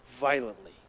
violently